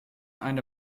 eine